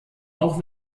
auch